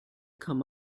come